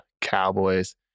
Cowboys